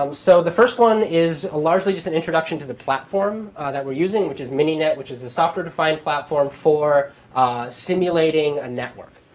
um so the first one is largely just an introduction to the platform that we're using, which is mini net, which is a software-defined platform for simulating a network.